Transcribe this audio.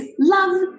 love